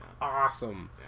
awesome